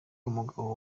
umugabo